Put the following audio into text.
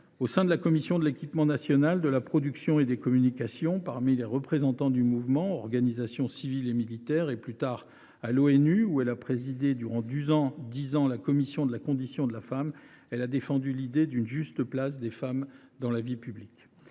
Au sein de la Commission de l’équipement national, de la production et des communications, parmi les représentants de l’Organisation civile et militaire (OCM) et, plus tard, à l’ONU, où elle a présidé pendant dix ans la Commission de la condition de la femme, elle a défendu l’idée d’une juste place des femmes dans la vie publique.